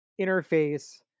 interface